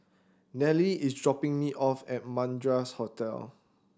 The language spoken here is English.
Nellie is dropping me off at Madras Hotel